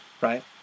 right